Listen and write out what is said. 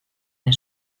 der